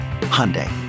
Hyundai